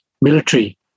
military